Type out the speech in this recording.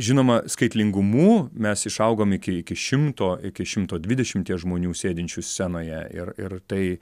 žinoma skaitlingumu mes išaugom iki iki šimto iki šimto dvidešimties žmonių sėdinčių scenoje ir ir tai